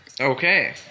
Okay